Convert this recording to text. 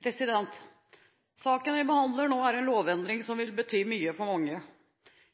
til. Saken vi behandler nå, er en lovendring som vil bety mye for mange.